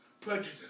Prejudice